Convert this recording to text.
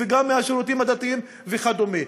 וגם מהשירותים הדתיים וכדומה.